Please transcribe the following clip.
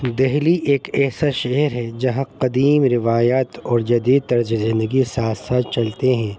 دہلی ایک ایسا شہر ہے جہاں قدیم روایات اور جدید طرز زندگی ساتھ ساتھ چلتے ہیں